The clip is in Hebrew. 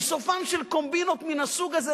וסופן של קומבינות מן הסוג הזה,